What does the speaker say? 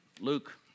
Luke